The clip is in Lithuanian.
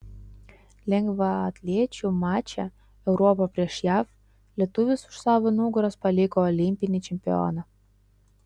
lengvaatlečių mače europa prieš jav lietuvis už savo nugaros paliko olimpinį čempioną